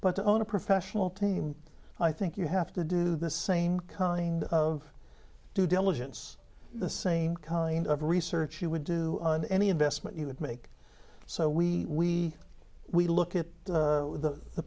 but to own a professional team i think you have to do the same kind of due diligence the same kind of research you would do on any investment you would make so we we look at the